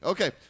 Okay